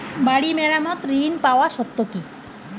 বাড়ি মেরামত ঋন পাবার শর্ত কি?